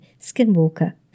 skinwalker